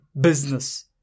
business